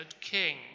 king